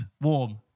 warm